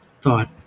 thought